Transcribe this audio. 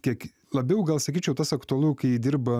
kiek labiau gal sakyčiau tas aktualu kai dirba